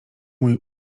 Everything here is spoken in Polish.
mój